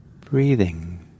breathing